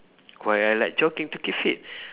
why I like jogging to keep fit